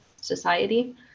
society